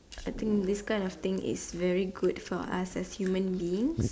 I think this kind of thing is very good for us as human beings